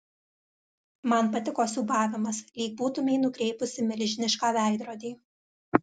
man patiko siūbavimas lyg būtumei nukreipusi milžinišką veidrodį